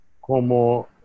como